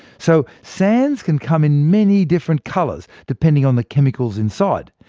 so sands can come in many different colours, depending on the chemicals inside.